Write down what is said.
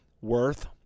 worth